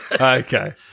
Okay